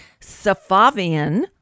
Safavian